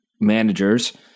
managers